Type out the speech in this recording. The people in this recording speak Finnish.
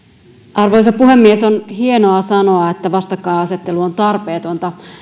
arvoisa puhemies on hienoa sanoa että vastakkainasettelu on tarpeetonta